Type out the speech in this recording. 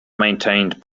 maintained